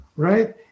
Right